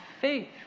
faith